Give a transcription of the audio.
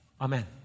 Amen